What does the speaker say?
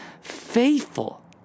faithful